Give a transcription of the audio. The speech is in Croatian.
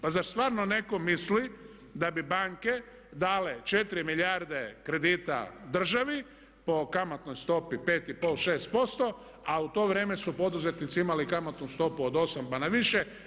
Pa zar stvarno netko misli da bi banke dale 4 milijarde kredita državi po kamatnoj stopi 5 i pol, 6% a u to vrijeme su poduzetnici imali kamatnu stopu od 8 pa na više.